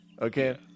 okay